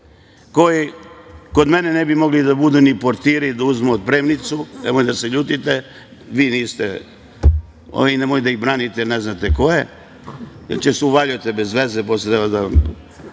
koji kod mene ne bi mogli da budu ni portiri, da uzmu otpremnicu, nemojte da se ljutite, vi niste, nemojte da ih branite, ne znate ko je, jer će se uvaljujete bez veze, posle treba